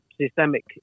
systemic